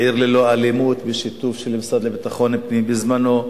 "עיר ללא אלימות" בשיתוף המשרד לביטחון הפנים בזמנו,